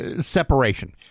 separation